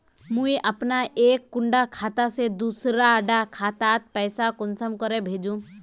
मुई अपना एक कुंडा खाता से दूसरा डा खातात पैसा कुंसम करे भेजुम?